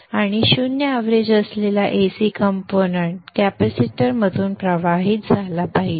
आणि शून्य एवरेज असलेला AC कंपोनेंट्स कॅपेसिटरमधून प्रवाहित झाला पाहिजे